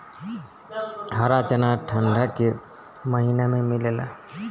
हरा चना ठंडा के महिना में मिलेला